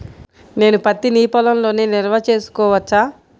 నేను పత్తి నీ పొలంలోనే నిల్వ చేసుకోవచ్చా?